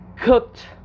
cooked